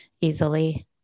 easily